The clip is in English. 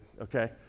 okay